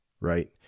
right